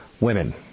women